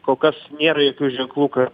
kol kas nėra jokių ženklų kad